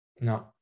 no